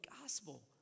gospel